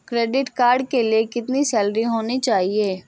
Credit card के लिए कितनी सैलरी होनी चाहिए?